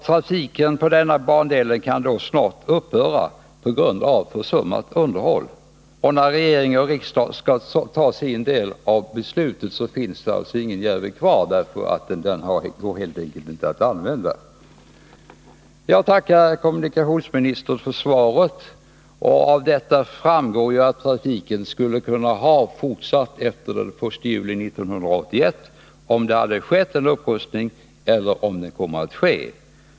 Trafiken på denna bandel kan då snart komma att upphöra på grund av försummat underhåll. När regering och riksdag skall ta sin del av beslutet, finns det i så fall ingen järnväg kvar som går att använda. Jag tackar kommunikationsministern för svaret. Av detta framgår att trafiken skulle kunna fortsätta efter den 1 juli 1981, om en upprustning sker.